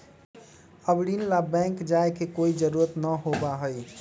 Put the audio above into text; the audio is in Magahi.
अब ऋण ला बैंक जाय के कोई जरुरत ना होबा हई